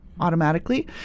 Automatically